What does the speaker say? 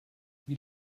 wie